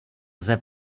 lze